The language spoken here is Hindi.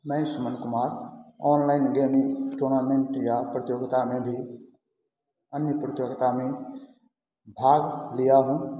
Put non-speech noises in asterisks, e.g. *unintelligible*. मैं हूँ सुमन कुमार अनलाइन *unintelligible* टूर्नामेंट या प्रतियोगिता में भी अन्य प्रतियोगिता में भाग लिया हूँ